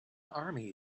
army